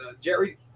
Jerry –